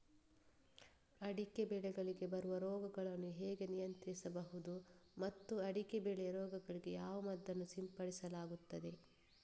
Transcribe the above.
ಅಡಿಕೆ ಬೆಳೆಗಳಿಗೆ ಬರುವ ರೋಗಗಳನ್ನು ಹೇಗೆ ನಿಯಂತ್ರಿಸಬಹುದು ಮತ್ತು ಅಡಿಕೆ ಬೆಳೆಯ ರೋಗಗಳಿಗೆ ಯಾವ ಮದ್ದನ್ನು ಸಿಂಪಡಿಸಲಾಗುತ್ತದೆ?